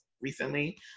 recently